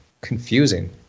confusing